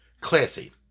Classy